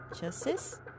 justice